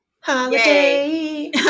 Holiday